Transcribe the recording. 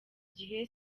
gihe